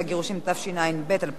התשע"ב 2011,